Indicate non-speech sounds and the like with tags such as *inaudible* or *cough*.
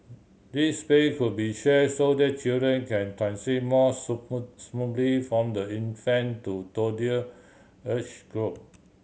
these space could be share so that children can transit more *unintelligible* smoothly from the infant to toddler age group